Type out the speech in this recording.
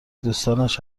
دوستانش